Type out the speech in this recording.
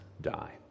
die